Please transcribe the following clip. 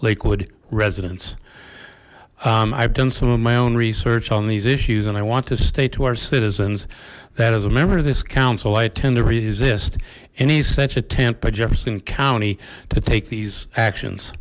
lakewood residents i've done some of my own research on these issues and i want to state to our citizens that as a member of this council i tend to resist any such attempt by jefferson county to take these actions